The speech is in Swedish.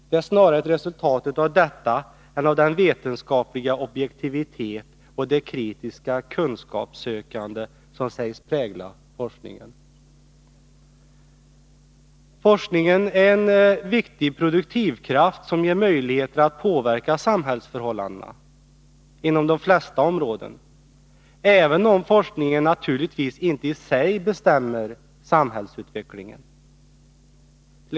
De är snarare ett resultat därav än av den vetenskapliga objektivitet och det kritiska kunskapssökande som sägs prägla forskningen. Forskningen är en viktig produktivkraft, som ger möjligheter att påverka samhällsförhållandena inom de flesta områden, även om forskningen naturligtvis inte i sig bestämmer samhällsutvecklingen.